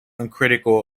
uncritical